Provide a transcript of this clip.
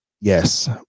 yes